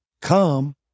Come